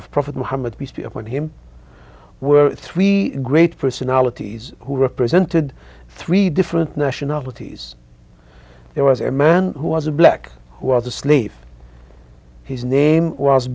of prophet muhammad peace be upon him were three great personalities who represented three different nationalities there was a man who was a black who was a slave his name was